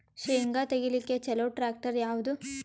ಶೇಂಗಾ ತೆಗಿಲಿಕ್ಕ ಚಲೋ ಟ್ಯಾಕ್ಟರಿ ಯಾವಾದು?